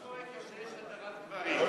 מה קורה כאשר יש הדרת גברים?